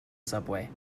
subway